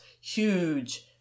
huge